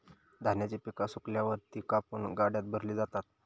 धान्याची पिका सुकल्यावर ती कापून गाड्यात भरली जातात